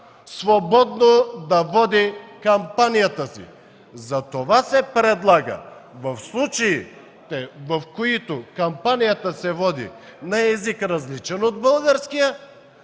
свободно да води кампанията си. Затова се предлага в случаите, в които кампанията се води на език, различен от българския,